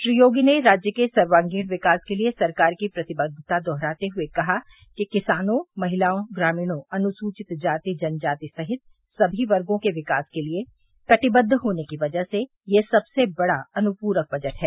श्री योगी ने राज्य के सर्वागीण विकास के लिए सरकार की प्रतिबद्वता दोहराते हुए कहा कि किसानों महिलाओं ग्रामीणों अनुसूवित जाति जनजाति सहित समी वर्गो के विकास के लिए कटिबद्द होने की वजह से यह सबसे बड़ा अनुपूरक बजट है